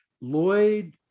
Lloyd